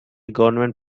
government